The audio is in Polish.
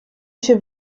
się